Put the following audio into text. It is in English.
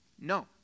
No